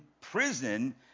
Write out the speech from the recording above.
prison